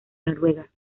noruega